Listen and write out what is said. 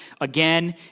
again